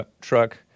truck